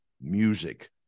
music